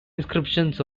inscriptions